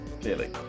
clearly